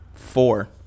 Four